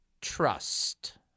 trust